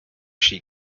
she